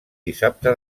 dissabte